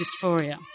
dysphoria